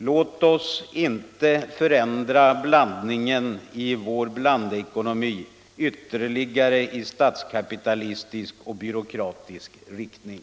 Låt oss inte ytterligare förändra blandningen i vår blandekonomi i statskapitalistisk och byråkratisk riktning!